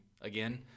again